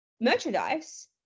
merchandise